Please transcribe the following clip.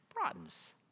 Broadens